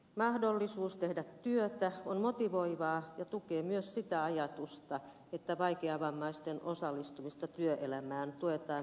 mahdollisuus tehdä työtä on motivoivaa ja tukee myös sitä ajatusta että vaikeavammaisten osallistumista työelämään tuetaan mahdollisuuksien mukaan